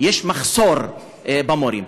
יש מחסור במורים.